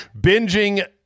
binging